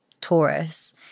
Taurus